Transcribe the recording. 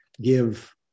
give